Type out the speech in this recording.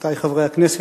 רבותי חברי הכנסת,